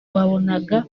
wabonaga